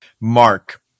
Mark